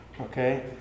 Okay